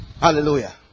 Hallelujah